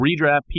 redraft